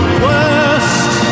quest